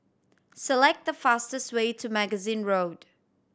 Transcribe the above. select the fastest way to Magazine Road